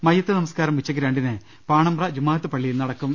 മയ്യത്ത് നമസ്ക്കാരം ഉച്ചക്ക് രണ്ടിന് പാണമ്പ്ര ജുമാഅത്ത് പള്ളിയിൽ നടക്കും